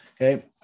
Okay